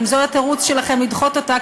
אם זה התירוץ שלכם לדחות אותה,